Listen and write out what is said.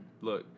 look